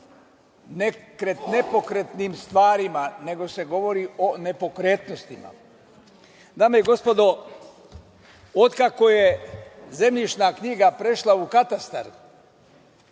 se o nepokretnim stvarima, nego se govori o nepokretnostima. Dame i gospodo, od kako je zemljišna knjiga prešla u katastar